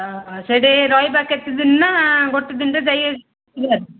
ସେଇଠି ରହିବା କେତେ ଦିନ ନା ଗୋଟେ ଦିନରେ ଯାଇ ଆସିବା